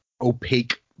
opaque